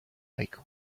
like